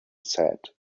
said